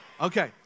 Okay